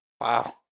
Wow